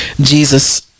Jesus